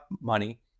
money